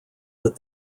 that